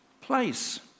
place